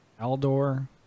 Aldor